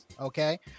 Okay